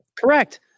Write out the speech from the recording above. Correct